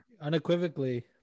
unequivocally